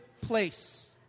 place